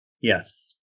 Yes